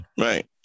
right